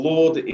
Lord